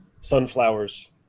sunflowers